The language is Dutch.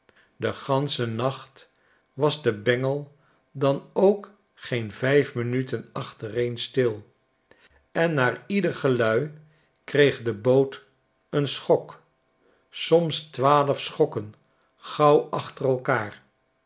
den ganschen nacht was de bengel dan ookgeen vijf minuten achtereen stilj en na ieder gelui kreeg de boot een schok soms twaalf schokken gauw achter elkaar